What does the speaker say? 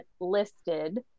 listed